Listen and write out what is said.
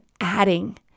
adding